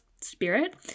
spirit